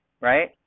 right